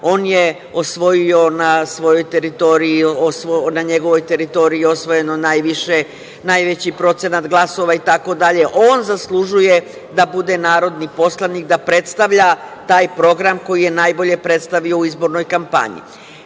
on je osvojio na njegovoj teritoriji je osvojeno najviše, najveći procenat glasova itd. On zaslužuje da bude narodni poslanik, da predstavlja taj program koji je najbolje predstavio u izbornoj kampanji. Mi